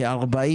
כ-40,